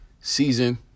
season